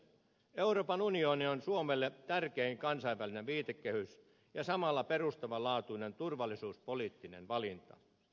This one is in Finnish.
euroopan unioni on suomelle tärkein kansainvälinen viitekehys ja samalla perustavan laatuinen turvallisuuspoliittinen valinta